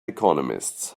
economists